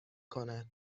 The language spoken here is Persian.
کند